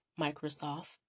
Microsoft